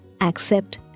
accept